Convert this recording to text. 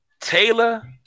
Taylor